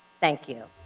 thank you.